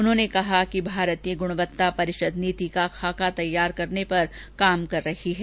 उन्होंने कहा कि भारतीय गुणवत्ता परिषद नीति का खाका तैयार करने पर काम कर रही है